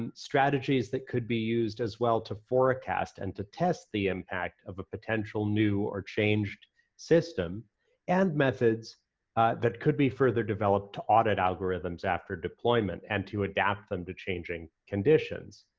and strategies that could be used as well to forecast and to test the impact of a potential new or changed system and methods that could be further developed to audit algorithms after deployment and to adapt them to changing conditions.